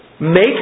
Make